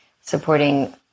supporting